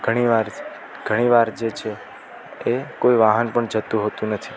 ઘણીવાર ઘણીવાર જે છે એ કોઈ વાહન પણ જતું હોતું નથી